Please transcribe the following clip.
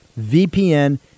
VPN